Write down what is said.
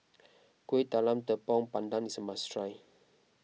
Kueh Talam Tepong Pandan is a must try